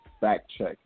fact-check